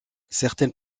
certaines